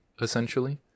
essentially